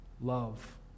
love